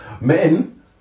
Men